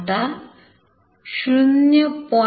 आता 0